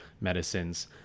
medicines